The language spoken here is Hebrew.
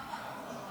התשפ"ג 2022,